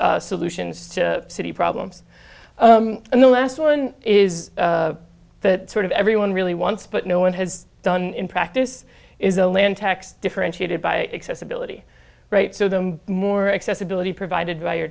space solutions to city problems and the last one is that sort of everyone really wants but no one has done in practice is a land tax differentiated by accessibility to them more accessibility provided by your